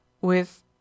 With—